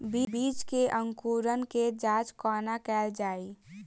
बीज केँ अंकुरण केँ जाँच कोना केल जाइ?